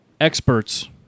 experts